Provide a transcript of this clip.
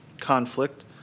conflict